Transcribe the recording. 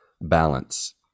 balance